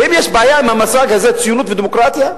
האם יש בעיה עם המושג הזה, "ציונות", ו"דמוקרטיה"?